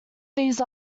these